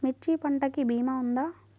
మిర్చి పంటకి భీమా ఉందా?